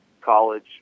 college